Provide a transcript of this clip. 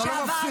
אתה לא מפסיק.